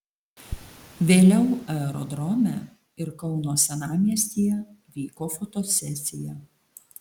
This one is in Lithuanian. vėliau aerodrome ir kauno senamiestyje vyko fotosesija